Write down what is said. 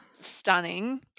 stunning